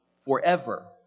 forever